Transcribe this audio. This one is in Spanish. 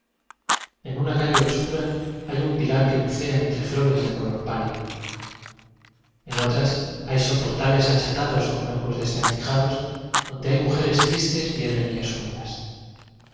en una calle obscura hay un pi lar que bucea entre flores de color pálido en otra hay soportales achatados con arcos desvencijados donde hay mujeres tristes y herrerías húmedas